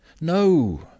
no